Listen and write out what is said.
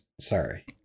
Sorry